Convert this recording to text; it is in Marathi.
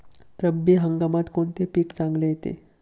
रब्बी हंगामात कोणते पीक चांगले येते?